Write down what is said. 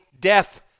death